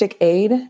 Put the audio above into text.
aid